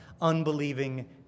unbelieving